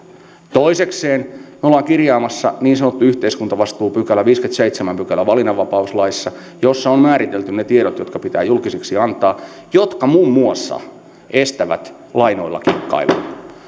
toisekseen me olemme kirjaamassa niin sanotun yhteiskuntavastuupykälän viideskymmenesseitsemäs pykälä valinnanvapauslaissa jossa on määritelty ne tiedot jotka pitää julkisiksi antaa jotka muun muassa estävät lainoilla kikkailun